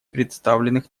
представленных